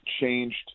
changed